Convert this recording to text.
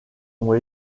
ont